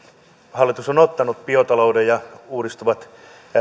hallitus on ottanut biotalouden ja uudistuvat